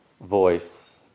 voice